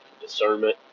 discernment